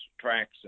tracks